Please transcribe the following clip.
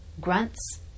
grunts